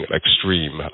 extreme